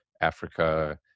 Africa